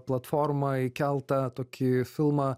platformą įkeltą tokį filmą